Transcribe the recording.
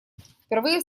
впервые